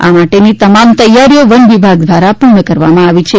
આ માટેની તમામ તૈયારીઓ વનવિભાગ ધ્વારા પુર્ણ કરવામાં આવી છે